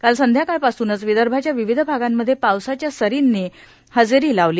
काल सायकाळपासूनच विदर्भाच्या विविध भागांमध्ये पावसाच्या सरींनी हजेरी लावली